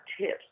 tips